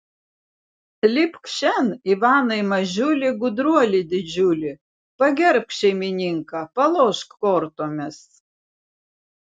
lipk šen ivanai mažiuli gudruoli didžiuli pagerbk šeimininką palošk kortomis